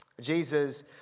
Jesus